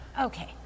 Okay